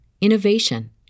innovation